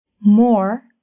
more